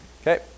Okay